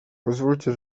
pozwólcie